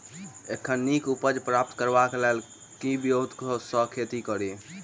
एखन नीक उपज प्राप्त करबाक लेल केँ ब्योंत सऽ खेती कड़ी?